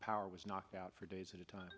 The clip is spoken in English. power was knocked out for days at a time